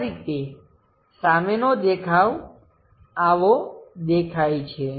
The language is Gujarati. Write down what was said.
આ રીતે સામેનો દેખાવ આવો દેખાય છે